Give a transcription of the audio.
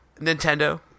Nintendo